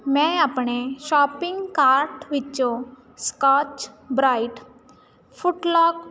ਮੈਂ ਆਪਣੇ shopping cart ਵਿੱਚੋਂ ਸਕਾਚ ਬ੍ਰਾਈਟ ਫੁੱਟਲਾਕ